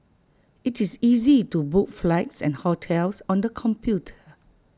IT is easy to book flights and hotels on the computer